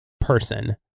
person